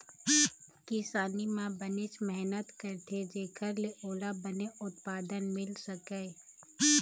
किसानी म बनेच मेहनत करथे जेखर ले ओला बने उत्पादन मिल सकय